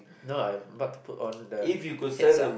no I'm about to put on the heads up